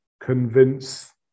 convince